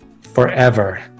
forever